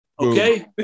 Okay